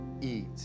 eat